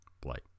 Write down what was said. blight